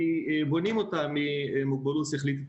שבו כל נושאים שמטופלים בנושאים של אנשים עם מוגבלויות יהיו